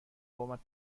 قومت